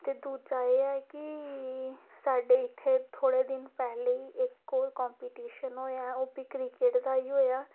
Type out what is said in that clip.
ते दूजा एह् ऐ कि साढ़े इत्थै थोह्ड़े दिन पैह्लें इक होर कम्पीटीशन होएआ ओह् बी क्रिकेट दा होएआ